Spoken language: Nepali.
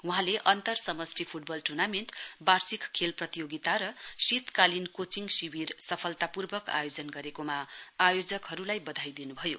वहाँले अन्तर समष्टि फुटबल टुर्नामेण्ट वार्षिक खेल प्रतियोगिता र शीतकालीन कोचिङ शिविर सफलता पूर्वक आयोजन गरेकोमा आयोजकहरुलाई वधाई दिनुभयो